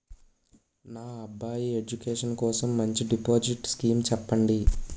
నా అబ్బాయి ఎడ్యుకేషన్ కోసం మంచి డిపాజిట్ స్కీం చెప్పండి